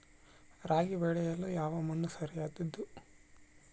ರಾಗಿ ಬೆಳೆಯಲು ಯಾವ ಮಣ್ಣು ಸರಿಯಾದದ್ದು?